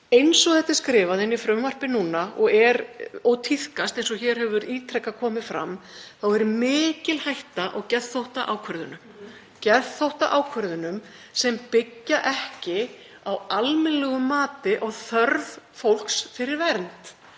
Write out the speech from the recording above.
Eins og þetta er skrifað inn í frumvarpið núna og tíðkast, eins og hér hefur ítrekað komið fram, er mikil hætta á geðþóttaákvörðunum sem byggja ekki á almennilegu mati á þörf fólks fyrir vernd.